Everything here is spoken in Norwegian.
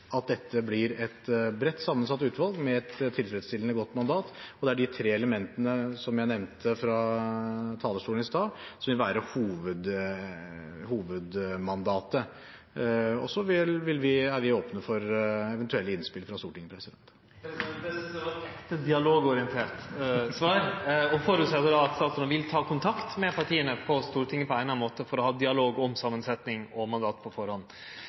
at dette blir et bredt sammensatt utvalg med et tilfredsstillende, godt mandat, og det er de tre elementene som jeg nevnte fra talerstolen i sted, som vil være hovedmandatet. Så er vi åpne for eventuelle innspill fra Stortinget. Det synest eg var eit ekte dialogorientert svar og føreset då at statsråden vil ta kontakt med partia på Stortinget på ein eller annan måte for å ha dialog om samansetjing og mandat på